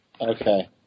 Okay